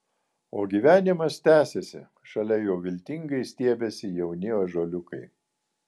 o gyvenimas tęsiasi šalia jau viltingai stiebiasi jauni ąžuoliukai